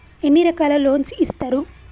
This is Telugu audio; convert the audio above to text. ఎన్ని రకాల లోన్స్ ఇస్తరు?